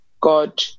god